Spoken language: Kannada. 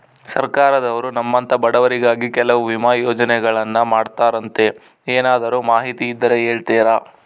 ಸರ್ಕಾರದವರು ನಮ್ಮಂಥ ಬಡವರಿಗಾಗಿ ಕೆಲವು ವಿಮಾ ಯೋಜನೆಗಳನ್ನ ಮಾಡ್ತಾರಂತೆ ಏನಾದರೂ ಮಾಹಿತಿ ಇದ್ದರೆ ಹೇಳ್ತೇರಾ?